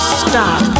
stop